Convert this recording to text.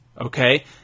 okay